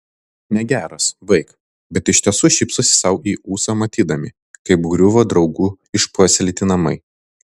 negeras baik bet iš tiesų šypsosi sau į ūsą matydami kaip griūva draugų išpuoselėti namai